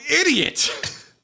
idiot